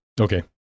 okay